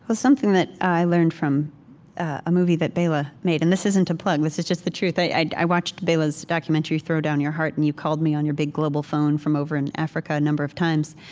but something that i learned from a movie that bela made and this isn't a plug this is just the truth. i i watched bela's documentary throw down your heart. and you called me on your big global phone from over in africa a number of times,